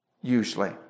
usually